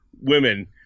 women